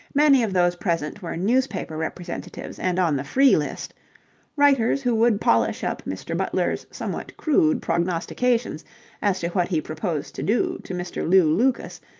many of those present were newspaper representatives and on the free list writers who would polish up mr. butler's somewhat crude prognostications as to what he proposed to do to mr. lew lucas,